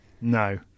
No